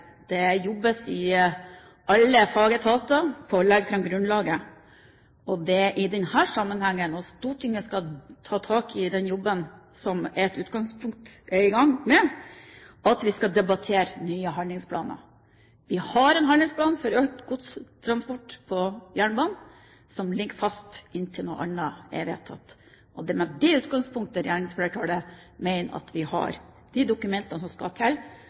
Det jobbes i alle fagetater med å legge fram grunnlaget. Og det er i denne sammenhengen, når Stortinget skal ta tak i denne jobben, som man er i gang med, at vi skal debattere nye handlingsplaner. Vi har en handlingsplan for økt godstransport på jernbanen som ligger fast inntil noe annet er vedtatt. Det er med det utgangspunktet regjeringsflertallet mener at vi har de dokumentene som skal til